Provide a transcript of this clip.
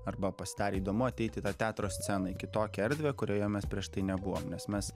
arba pasidarė įdomu ateiti į teatro sceną į kitokią erdvę kurioje mes prieš tai nebuvom nes mes